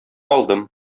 алдым